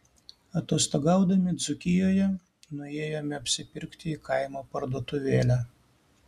atostogaudami dzūkijoje nuėjome apsipirkti į kaimo parduotuvėlę